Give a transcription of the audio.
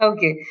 Okay